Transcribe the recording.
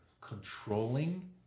controlling